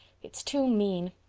it's too mean.